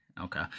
okay